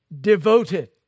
Devoted